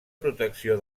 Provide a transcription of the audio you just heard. protecció